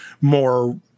more